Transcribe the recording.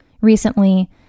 recently